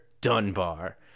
Dunbar